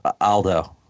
Aldo